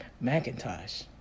Macintosh